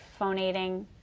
phonating